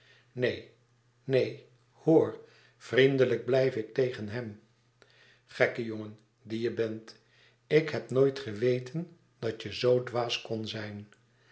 neen neen hoor vriendelijk blijf ik tegen hem gekke jongen die je bent ik heb nooit geweten dat je zoo dwaas kon zijn